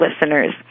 listeners